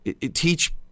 teach